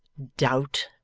doubt!